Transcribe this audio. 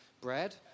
bread